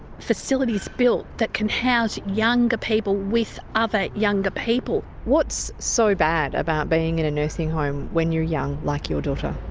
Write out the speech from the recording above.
facilities built that can house younger people with other younger people. what's so bad about being in a nursing home when you're young, like your daughter?